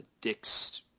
Dick's